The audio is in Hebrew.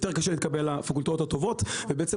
יותר קשה להתקבל לפקולטות הטובות ובעצם